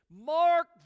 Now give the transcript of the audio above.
mark